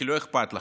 כי לא אכפת לכם.